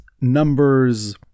numbers